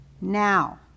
Now